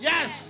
Yes